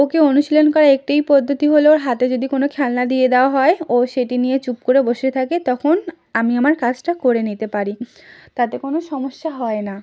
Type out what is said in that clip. ওকে অনুশীলন করার একটিই পদ্ধতি হলো ওর হাতে যদি কোনো খেলনা দিয়ে দেওয়া হয় ও সেটি নিয়ে চুপ করে বসে থাকে তখন আমি আমার কাজটা করে নিতে পারি তাতে কোনো সমস্যা হয় না